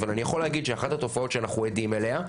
אבל אני יכול להגיד שאחת התופעות שאנחנו עדים אליה,